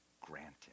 granted